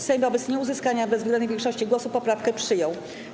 Sejm wobec nieuzyskania bezwzględnej większości głosów poprawkę przyjął.